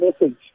message